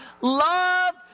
Love